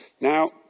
Now